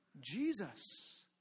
Jesus